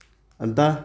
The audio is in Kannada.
ಅಂತ